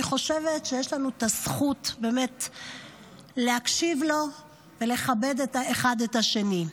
אני חושבת שיש לנו את הזכות להקשיב לו ולכבד אחד את השני: